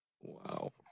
Wow